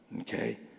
okay